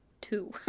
two